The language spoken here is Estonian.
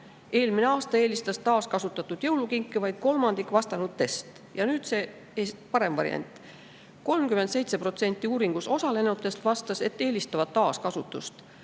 Eelmine aasta eelistas taaskasutatud jõulukinke vaid kolmandik vastanu`test. Ja nüüd see parem variant. 37% uuringus osalenutest vastas, et eelistavad taaskasutust,